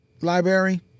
library